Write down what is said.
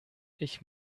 ich